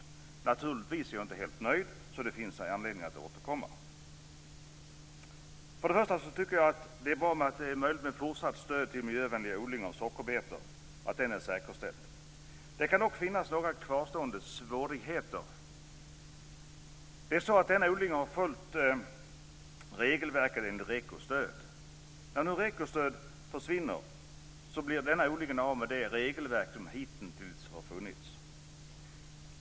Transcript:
Naturligtvis är jag dock inte helt nöjd, så det finns anledning av återkomma. Det första jag vill säga är att jag tycker att det är bra att fortsatt stöd till miljövänlig odling av sockerbetor är säkerställt. Det kan dock finnas några kvarstående svårigheter. Denna odling har följt regelverket när det gäller REKO-stöd. När nu REKO-stödet försvinner blir odlingen av med det regelverk som hittills har funnits.